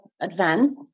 Advanced